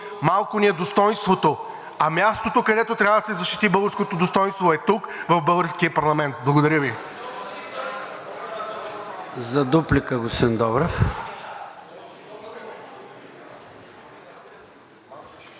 малко ни е достойнството. А мястото, където трябва да се защити българското достойнство, е тук, в българския парламент. Благодаря Ви. ПРЕДСЕДАТЕЛ ЙОРДАН